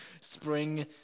Spring